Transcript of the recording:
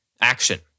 action